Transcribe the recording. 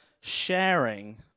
sharing